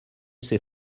sait